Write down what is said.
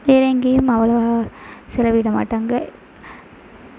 வேறு எங்கேயும் அவ்வளவா செலவிட மாட்டாங்க